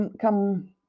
come